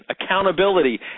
accountability